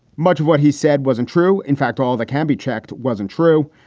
much of what he said wasn't true. in fact, all that can be checked wasn't true.